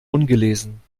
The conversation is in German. ungelesen